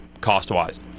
cost-wise